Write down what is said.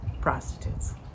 prostitutes